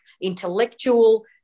intellectual